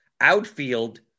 Outfield